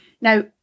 Now